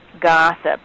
gossip